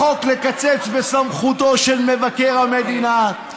החוק לקצץ בסמכותו של מבקר המדינה,